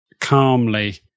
calmly